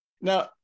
Now